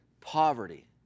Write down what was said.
poverty